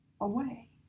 away